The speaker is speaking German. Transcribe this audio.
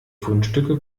fundstücke